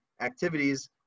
activities